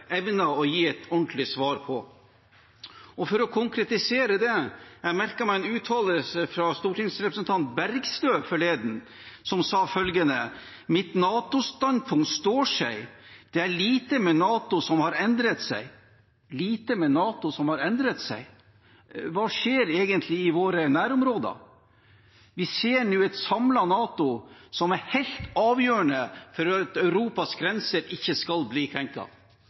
å gi et ordentlig svar på. For å konkretisere det: Jeg merket meg en uttalelse fra stortingsrepresentant Bergstø forleden, som sa følgende: Mitt NATO-standpunkt står seg, det er lite med NATO som har endret seg. – Lite med NATO som har endret seg? Hva skjer egentlig i våre nærområder? Vi ser nå et samlet NATO, som er helt avgjørende for at Europas grenser ikke skal bli